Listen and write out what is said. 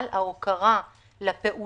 אבל לעניין ההוקרה לפעולות